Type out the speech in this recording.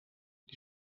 die